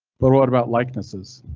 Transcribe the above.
but what about likenesses?